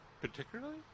Particularly